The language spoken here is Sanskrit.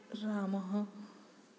रामः